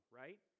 right